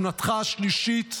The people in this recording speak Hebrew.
שנתך השלישית,